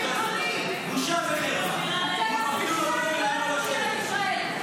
בושה וחרפה --- אתם הבושה הגדולה של עם ישראל.